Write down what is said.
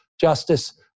justice